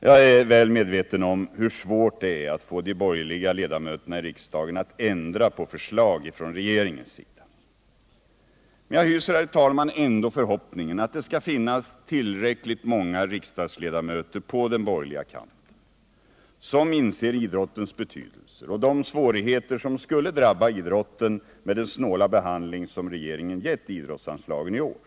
Jag är väl medveten om hur svårt det är att få de borgerliga ledamöterna i riksdagen att ändra på förslag från regeringens sida. Men jag hyser ändå, herr talman, förhoppningen att det skall finnas tillräckligt många riksdagsledamöter på den borgerliga kanten som inser idrottens betydelse och förstår vilka svårigheter som skulle drabba idrotten, om vi accepterar regeringens snåla behandling av idrottsanslagen i år.